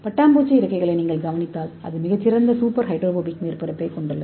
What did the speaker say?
பட்டாம்பூச்சி இறக்கைகளை நீங்கள் கவனித்தால் அது மிகச் சிறந்த சூப்பர் ஹைட்ரோபோபிக் மேற்பரப்பைக் கொண்டுள்ளது